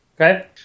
Okay